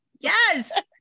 Yes